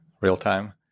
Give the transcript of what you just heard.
real-time